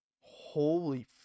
holy